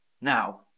Now